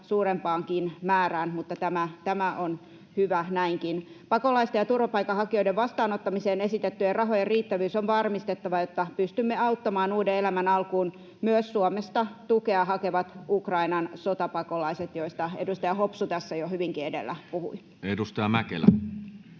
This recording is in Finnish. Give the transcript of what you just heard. suurempaankin määrään, mutta tämä on hyvä näinkin. Pakolaisten ja turvapaikanhakijoiden vastaanottamiseen esitettyjen rahojen riittävyys on varmistettava, jotta pystymme auttamaan uuden elämän alkuun myös Suomesta tukea hakevat Ukrainan sotapakolaiset, joista edustaja Hopsu tässä jo hyvin edellä puhui. Edustaja Mäkelä.